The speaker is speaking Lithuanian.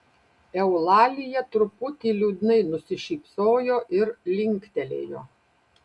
eulalija truputį liūdnai nusišypsojo ir linktelėjo